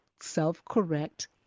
self-correct